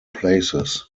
places